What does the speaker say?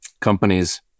Companies